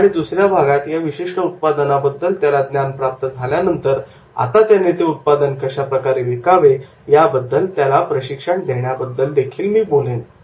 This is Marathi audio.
आणि दुसऱ्या भागात त्या विशिष्ट उत्पादनाबद्दल त्याला ज्ञान प्राप्त झाल्यानंतर आता त्याने ते उत्पादन कशाप्रकारे विकावे याबद्दल त्याला प्रशिक्षण देण्याबद्दल मी बोलेन